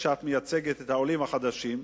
את מייצגת את העולים החדשים,